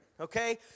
Okay